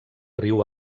riu